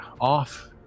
off